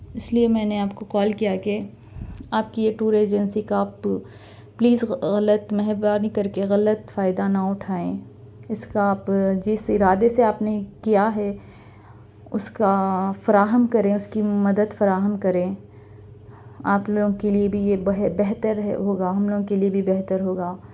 اِس لیے میں نے آپ کو کال کیا کہ آپ کی یہ ٹور ایجنسی کا آپ تو پلیز غلط مہربانی کر کے غلط فائدہ نہ اُٹھائیں اِس کا آپ جس ارادے سے آپ نے کیا ہے اُس کا فراہم کریں اُس کی مدد فراہم کریں آپ لوگوں کے لیے بھی یہ بہ بہتر ہوگا ہم لوگوں کے لیے بھی بہتر ہوگا